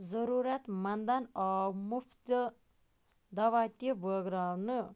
ضٔروٗرت منٛدَن آو مُفتہٕ دوا تہِ بٲگراونہٕ